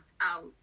out